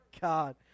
God